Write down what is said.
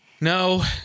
No